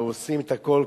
ועושים את הכול,